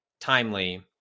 Timely